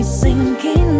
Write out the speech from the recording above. Sinking